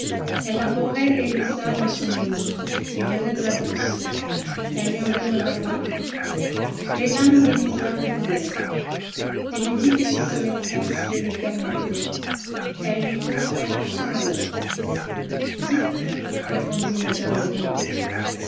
abhorrait élisa dans ce moment et venait de la brusquer elle lui en demanda pardon les larmes d'élisa redoublèrent elle lui dit que si sa maîtresse le lui permettait elle lui conterait tout son malheur dites répondit mme de rênal